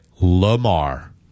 Lamar